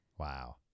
Wow